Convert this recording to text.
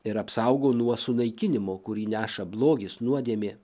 ir apsaugo nuo sunaikinimo kurį neša blogis nuodėmė